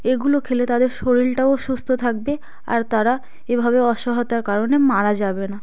এগুলো খেলে তাদের শরীরটাও সুস্থ থাকবে আর তারা এভাবে অসহায়তার কারণে মারা যাবে না